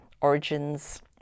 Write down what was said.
origins